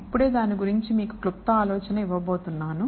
ఇప్పుడే దాని గురించి మీకు క్లుప్త ఆలోచన ఇవ్వబోతున్నాను